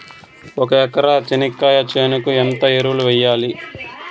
ఒక ఎకరా చెనక్కాయ చేనుకు ఎంత ఎరువులు వెయ్యాలి?